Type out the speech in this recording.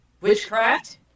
witchcraft